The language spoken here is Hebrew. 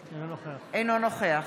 אינו נוכח